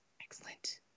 excellent